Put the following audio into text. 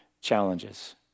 challenges